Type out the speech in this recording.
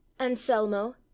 anselmo